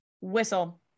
whistle